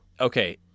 Okay